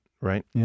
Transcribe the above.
right